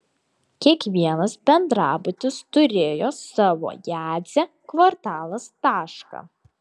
kiekvienas bendrabutis turėjo savo jadzę kvartalas tašką